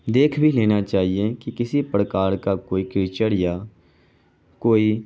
دیکھ بھی لینا چاہیے کہ کسی پرکار کا کوئی کیچڑ یا کوئی